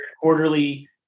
quarterly